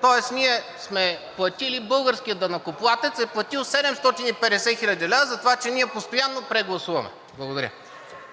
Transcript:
Тоест ние сме платили – българският данъкоплатец е платил, 750 хил. лв. затова, че ние постоянно прегласуваме. Благодаря.